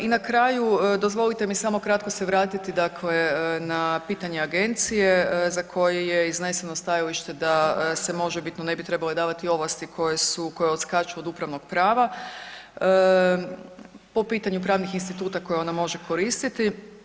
I na kraju dozvolite mi samo kratko se vratiti dakle na pitanje agencije za koje je izneseno stajalište da se možebitno ne bi trebale davati ovlasti koje su, koje odskaču od upravnog prava po pitanju pravnih instituta koje ona može koristiti.